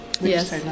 Yes